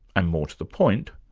and more to the point,